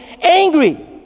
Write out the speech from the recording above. angry